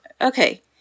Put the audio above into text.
Okay